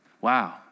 wow